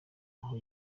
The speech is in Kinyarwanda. aho